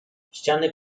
ściany